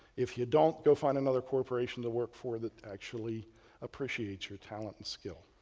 if you don't go find another corporation to work for that actually appreciates your talent and skill.